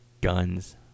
guns